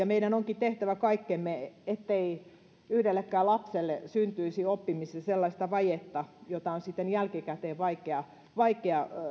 meidän onkin tehtävä kaikkemme ettei yhdellekään lapselle syntyisi oppimisessa sellaista vajetta jota on sitten jälkikäteen vaikea vaikea